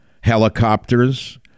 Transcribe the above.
helicopters